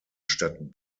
stadt